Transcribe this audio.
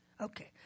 Okay